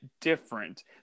different